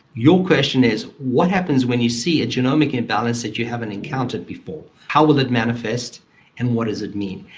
your question is what happens when you see a genomic imbalance that you haven't encountered before, how will it manifest and what does it mean?